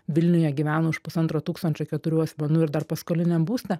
vilniuje gyvena už pusantro tūkstančio keturių asmenų ir dar paskoliniam būste